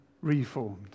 reformed